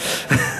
ופייגלין בעד.